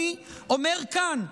אני אומר כאן,